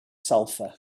sulfur